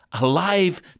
Alive